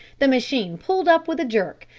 the machine pulled up with a jerk,